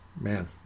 Man